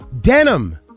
Denim